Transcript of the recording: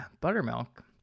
buttermilk